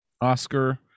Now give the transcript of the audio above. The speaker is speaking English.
oscar